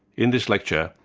in this lecture,